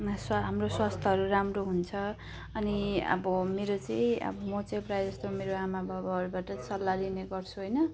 मा स्व हाम्रो स्वास्थ्यहरू राम्रो हुन्छ अनि अब मेरो चाहिँ अब म चाहिँ प्रायःजस्तो मेरो आमाबाबाहरूबाट सल्लाह लिने गर्छु होइन